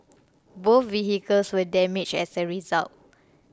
both vehicles were damaged as a result